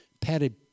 padded